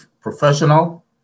professional